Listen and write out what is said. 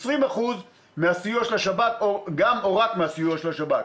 20% מהסיוע של השב"כ או גם או רק מהסיוע של השב"כ,